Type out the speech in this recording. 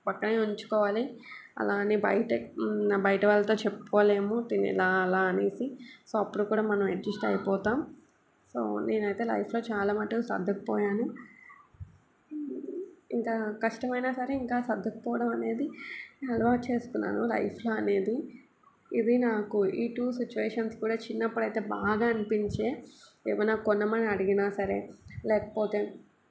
ప్రక్కనే ఉంచుకోవాలి అలా అని బయటే బయట వాళ్ళతో చెప్పుకోలేము తిని ఇలా అలా అనేసి సో అప్పుడు కూడా మనం అడ్జస్ట్ అయిపోతాము సో నేను అయితే లైఫ్లో చాలా మట్టుకు సర్దుకుపోయాను ఇంకా కష్టమైనా సరే ఇంకా సర్దుకుపోవడం అనేది అలవాటు చేసుకున్నాను లైఫ్లో అనేది ఇది నాకు ఈ టూ సిచ్యువేషన్స్ కూడా చిన్నప్పుడు అయితే బాగా అనిపించే ఏమైనా కొనమని అడిగినా సరే లేకపోతే